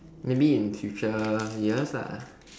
maybe in future years lah